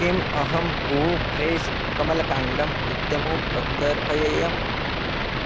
किम् अहं हू फ्रेश् कमलकाण्डम् इत्यमूं प्रत्यर्पयेयम्